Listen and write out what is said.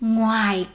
Ngoài